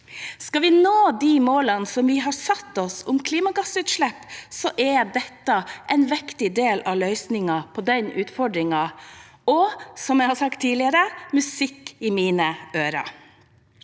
Skal vi nå de målene vi har satt oss om klimagassutslipp, er dette en viktig del av løsningen på den utfordringen – og, som jeg har sagt tidligere, musikk i mine ører.